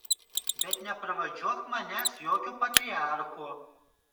bet nepravardžiuok manęs jokiu patriarchu